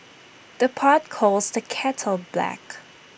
the pot calls the kettle black